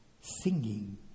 singing